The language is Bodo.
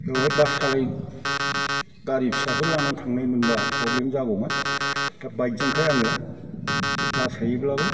बेवहाय गारि फिसाफोर लाना थांनाय मोनबा प्रब्लेम जागौमोनबो बाइगजोंखाय आङो लासैब्लाबो